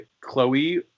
Chloe